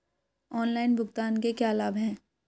Online भुगतान के क्या लाभ हैं?